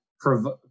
provide